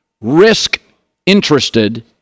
risk-interested